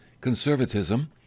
conservatism